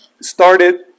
started